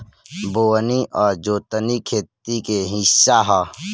बोअनी आ जोतनी खेती के हिस्सा ह